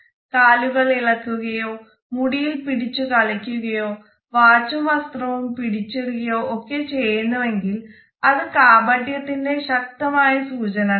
കാലുകൾ ഇളക്കുകയോ മുടിയിൽ പിടിച്ച് കളിക്കുകയോ വാച്ചും വസ്ത്രവും പിടിച്ചിടുകയോ ഒക്കെ ചെയ്യുന്നുവെങ്കിൽ അത് കാപട്യത്തിന്റെ ശക്തമായ സൂചനകളാണ്